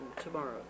Tomorrow